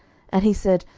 and he said,